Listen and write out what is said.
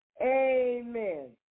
Amen